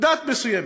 דת מסוימת.